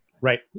Right